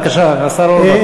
בבקשה, השר אורבך.